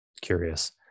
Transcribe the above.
curious